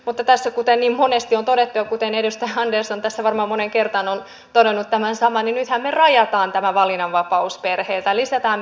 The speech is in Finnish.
mutta tässä kuten niin monesti on todettu ja kuten edustaja andersson tässä varmaan moneen kertaan on todennut tämän saman nythän me rajaamme tämän valinnanvapauden perheiltä lisäämme byrokratiaa